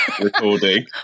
recording